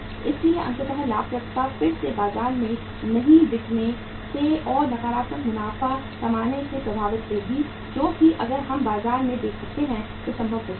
इसलिए अंततः लाभप्रदता फिर से बाजार में नहीं बिकने से और नकारात्मक मुनाफा कमाने से प्रभावित होगी जो कि अगर हम बाजार में बेच सकते थे तो संभव हो सकता था